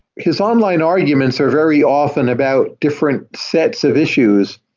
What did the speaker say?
his online arguments are very often about different sets of issues.